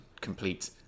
complete